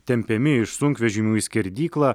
tempiami iš sunkvežimių į skerdyklą